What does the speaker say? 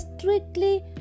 strictly